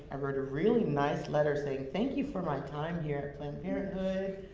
i wrote a really nice letter, saying, thank you for my time here at planned parenthood.